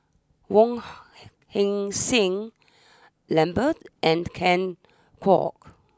Wong Heck sing Lambert and Ken Kwek